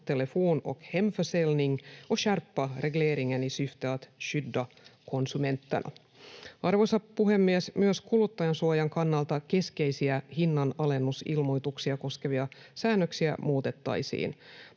telefon- och hemförsäljning och skärpa regleringen i syfte att skydda konsumenterna. Arvoisa puhemies! Myös kuluttajansuojan kannalta keskeisiä hinnanalennusilmoituksia koskevia säännöksiä muutettaisiin.